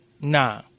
Nah